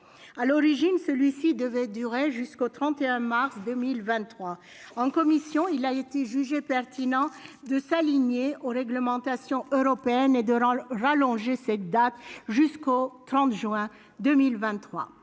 À l'origine, celui-ci devait durer jusqu'au 31 mars 2023. En commission, il a été jugé pertinent de s'aligner sur les réglementations européennes et de reporter cette date au 30 juin 2023.